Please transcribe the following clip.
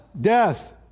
death